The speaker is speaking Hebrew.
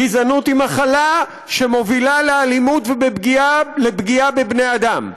גזענות היא מחלה שמובילה לאלימות ולפגיעה בבני אדם,